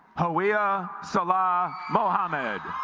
hawea salah mohammad